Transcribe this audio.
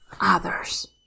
others